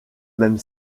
même